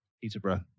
Peterborough